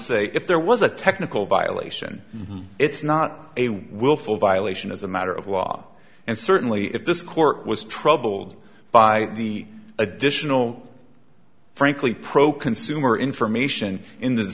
say if there was a technical violation it's not a willful violation as a matter of law and certainly if this court was troubled by the additional frankly pro consumer information in th